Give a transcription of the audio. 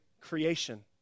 creation